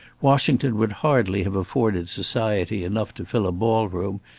washington would hardly have afforded society enough to fill a ball-room,